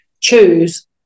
choose